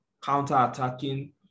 counter-attacking